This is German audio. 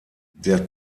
der